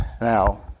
now